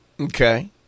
Okay